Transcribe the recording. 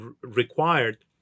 required